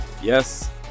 yes